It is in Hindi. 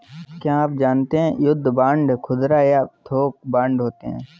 क्या आप जानते है युद्ध बांड खुदरा या थोक बांड होते है?